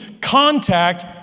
Contact